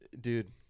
dude